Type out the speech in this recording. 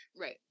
Right